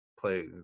play